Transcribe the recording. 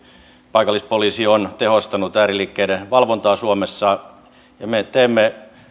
paikallispoliisi ovat tehostaneet ääriliikkeiden valvontaa suomessa me me teemme tätä